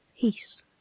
peace